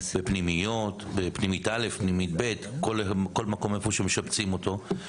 בפנימית א', בפנימית ב', איפה שמשבצים אותם.